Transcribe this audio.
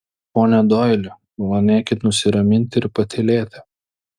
pone doili malonėkit nusiraminti ir patylėti